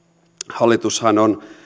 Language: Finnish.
hallitushan on